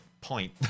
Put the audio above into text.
point